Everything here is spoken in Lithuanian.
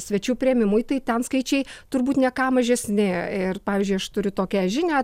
svečių priėmimui tai ten skaičiai turbūt ne ką mažesni ir pavyzdžiui aš turiu tokią žinią